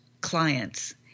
clients